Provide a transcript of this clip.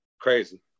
crazy